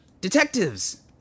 Detectives